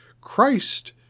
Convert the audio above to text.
Christ